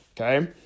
okay